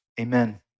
Amen